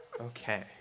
Okay